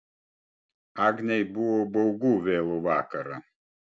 agnei buvo baugu vėlų vakarą